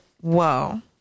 whoa